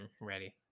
Ready